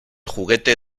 juguete